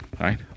right